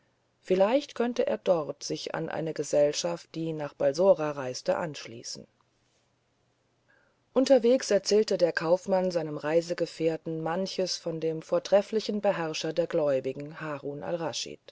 vielleicht könnte er dort sich an eine gesellschaft die nach balsora reisete anschließen unterwegs erzählte der kaufmann seinem reisegefährten manches von dem trefflichen beherrscher der gläubigen harun